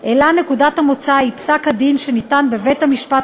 אלא נקודת המוצא היא פסק-הדין שניתן בבית-המשפט